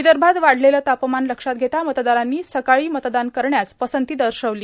विदर्भात वाढलेला तापमान लक्षात घेता मतदारांनी सकाळी मतदान करण्यास पसंती दिली